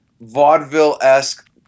vaudeville-esque